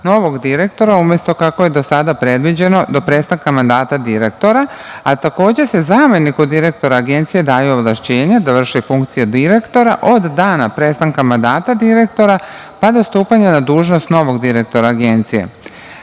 novog direktora, umesto kako je do sada predviđeno do prestanka mandata direktora, a takođe se zameniku direktora Agencije daju ovlašćenja da vrši funkciju direktora od dana prestanka mandata direktora, pa do stupanja na dužnost novog direktora Agencije. Takođe